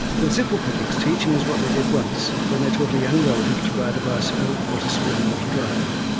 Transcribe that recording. to the simple critics, teaching is what they did once when they taught a young relative to ride a bicycle, or to swim, or to drive.